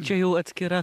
čia jau atskira